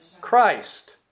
Christ